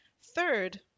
Third